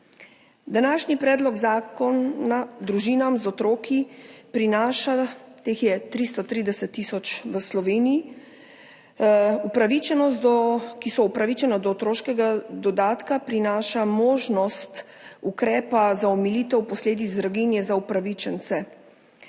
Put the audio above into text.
Današnji predlog zakona družinam z otroki, teh je 330 tisoč v Sloveniji, ki so upravičeni do otroškega dodatka, prinaša možnost ukrepa za omilitev posledic draginje za upravičence.